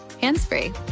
hands-free